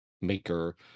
maker